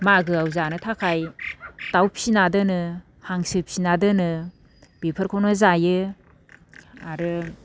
मागोआव जानो थाखाय दाउ फिना दोनो हांसो फिना दोनो बेफोरखौनो जायो आरो